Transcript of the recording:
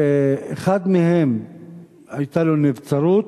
אחד מהם היתה לו נבצרות,